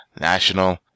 National